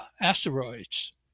asteroids